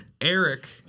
Eric